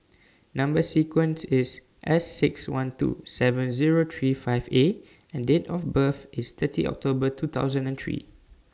Number sequence IS S six one two seven Zero three five A and Date of birth IS thirty October two thousand and three